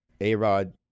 A-Rod